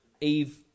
Eve